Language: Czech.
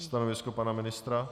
Stanovisko pana ministra?